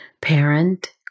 parent